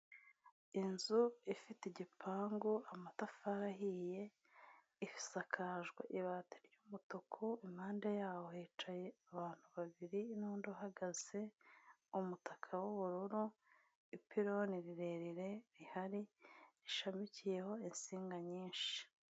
Inzu ifite igipangu, amatafari ahiye, isakajwe ibati ry'umutuku, impande yaho hicaye abantu babiri n'undi uhagaze, umutaka w'ubururu, ipironi rirerire rihari, rishamikiyeho insinga nyinshi.